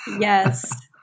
Yes